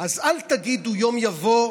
אז אל תגידו יום יבוא,